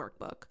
workbook